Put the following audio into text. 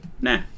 Nah